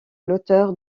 l’auteur